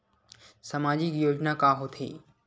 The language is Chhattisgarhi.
सामाजिक योजना का होथे?